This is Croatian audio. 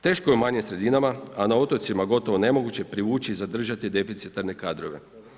Teško je u manjim sredinama, a na otocima gotovo nemoguće privući i zadržati deficitarne kadrove.